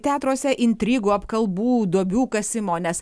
teatruose intrigų apkalbų duobių kasimo nes